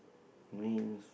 mean